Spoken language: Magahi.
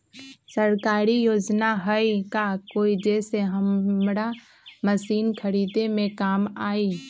सरकारी योजना हई का कोइ जे से हमरा मशीन खरीदे में काम आई?